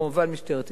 וכמובן משטרת ישראל,